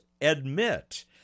admit